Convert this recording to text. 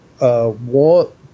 Want